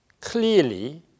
Clearly